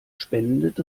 spendet